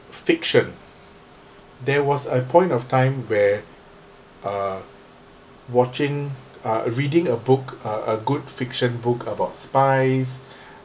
fiction there was a point of time where uh watching uh reading a book a a good fiction book about spies